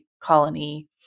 colony